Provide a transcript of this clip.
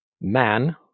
man